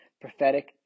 prophetic